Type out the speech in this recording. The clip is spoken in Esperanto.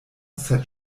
sed